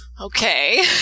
okay